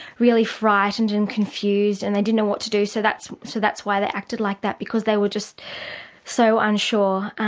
really frightened and confused and they didn't know what to do. so that's so that's why they acted like that, because they were just so unsure,